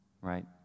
right